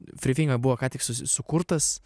frifinga buvo ką tik sukurtas